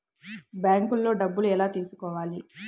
బ్యాంక్లో డబ్బులు ఎలా తీసుకోవాలి?